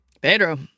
Pedro